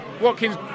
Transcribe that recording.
Watkins